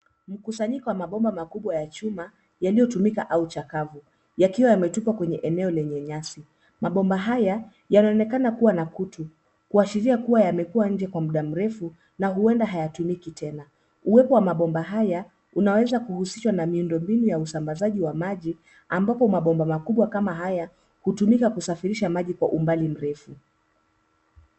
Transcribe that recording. Mkusanyiko wa mabomba makubwa ya chuma yaliyotumika au chakavu yakiwa yametupwa kwenye eneo lenye nyasi. Mabomba haya yanaonekana kuwa na kutu, kuashiria kuwa yamekuwa nje kwa muda mrefu na huenda hayatumiki tena. Uwepo wa mabomba haya unaweza kuhusishwa na miundo mbinu ya usambazaji wa maji ambapo mabomba makubwa kama haya hutumika kusafirisha maji kwa umbali mrefu.